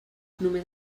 només